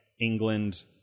england